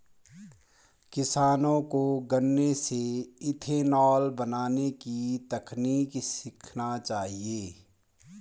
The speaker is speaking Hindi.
किसानों को गन्ने से इथेनॉल बनने की तकनीक सीखना चाहिए